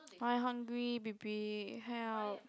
I hungry baby help